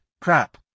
crap